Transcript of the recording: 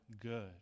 good